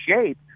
shape